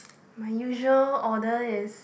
my usual order is